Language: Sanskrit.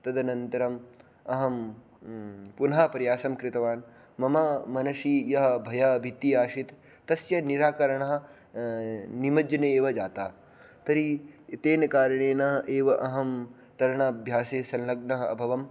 तदनन्तरम् अहं पुनः प्रयासं कृतवान् मम मनसि यः भयः भीतिः आसीत् तस्य निराकरणं निमज्जने एव जातं तर्हि तेन कारणेन एव अहं तरणाभ्यासे संलग्नः अभवम्